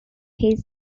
his